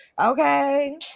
Okay